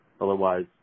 Otherwise